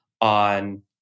on